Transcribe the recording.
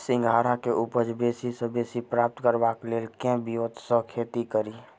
सिंघाड़ा केँ उपज बेसी सऽ बेसी प्राप्त करबाक लेल केँ ब्योंत सऽ खेती कड़ी?